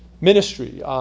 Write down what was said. ministry